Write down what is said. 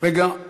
רגע,